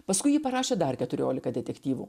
paskui ji parašė dar keturiolika detektyvų